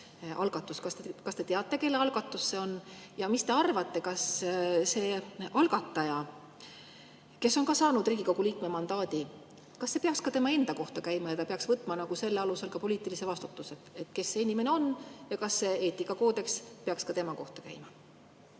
Kas te teate, kelle algatus see oli? Ja mis te arvate, see algataja on ka saanud Riigikogu liikme mandaadi, kas see peaks ka tema enda kohta käima ja ta peaks võtma selle alusel poliitilise vastutuse? Kes see inimene on? Ja kas see eetikakoodeks peaks ka tema kohta käima?